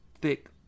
Thick